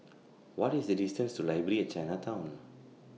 What IS The distance to Library At Chinatown